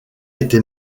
été